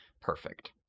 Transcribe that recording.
Perfect